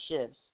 shifts